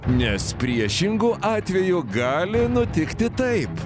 nes priešingu atveju gali nutikti taip